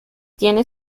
tiene